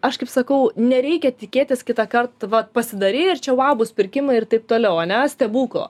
aš kaip sakau nereikia tikėtis kitąkart vat pasidarei ir čia vau bus pirkimai ir taip toliau o ne stebuklo